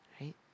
right